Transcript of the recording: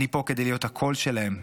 אני פה כדי להיות הקול שלהם,